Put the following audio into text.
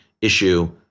issue